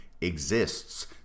exists